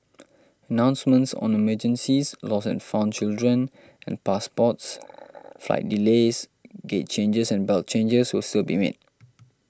announcements on the emergencies lost and found children and passports flight delays gate changes and belt changes will still be made